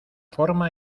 forma